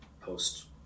post